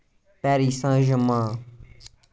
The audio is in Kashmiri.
پیرِساجِما